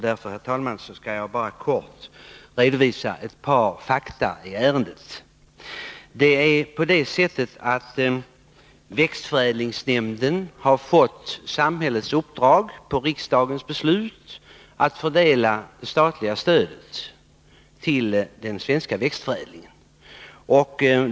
Därför skall jag, herr talman, bara kort redovisa ett par fakta i ärendet. Växtförädlingsnämnden har, genom riksdagens beslut, fått samhällets uppdrag att fördela det statliga stödet till den svenska växtförädlingen.